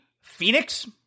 Phoenix